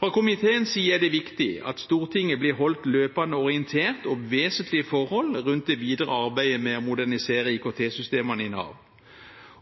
Fra komiteens side er det viktig at Stortinget blir holdt løpende orientert om vesentlige forhold rundt det videre arbeidet med å modernisere IKT-systemene i Nav,